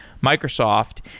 Microsoft